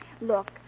Look